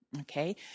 okay